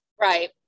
Right